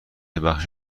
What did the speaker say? بخش